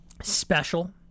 special